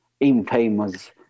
infamous